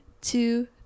two